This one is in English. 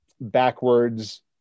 backwards